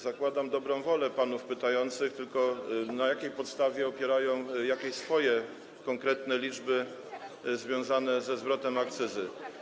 Zakładam dobrą wolę panów pytających, tylko na jakiej podstawie opierają jakieś swoje konkretne liczby związane ze zwrotem akcyzy?